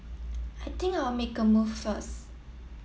I think I'll make a move first